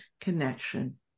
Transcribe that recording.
connection